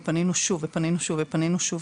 ופנינו שוב ופנינו שוב ופנינו שוב,